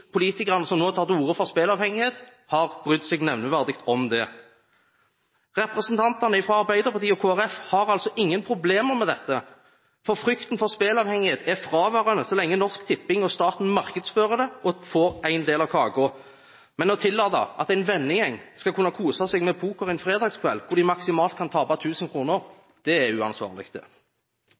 politikerne som nå har tatt til orde for spilleavhengighet, har brydd seg nevneverdig om det. Representantene fra Arbeiderpartiet og Kristelig Folkeparti har altså ingen problemer med dette, for frykten for spilleavhengighet er fraværende så lenge Norsk Tipping og staten markedsfører det og får en del av kaken, men å tillate at en vennegjeng skal kunne kose seg med poker en fredagskveld, hvor de maksimalt kan tape 1 000 kr, er uansvarlig.